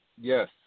Yes